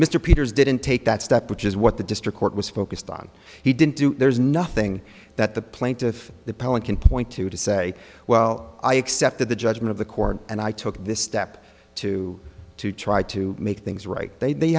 mr peters didn't take that step which is what the district court was focused on he didn't do there's nothing that the plaintiff the poem can point to to say well i accepted the judgment of the court and i took this step to to try to make things right they they